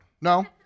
No